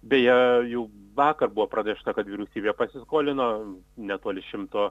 beje jau vakar buvo pranešta kad vyriausybė pasiskolino netoli šimto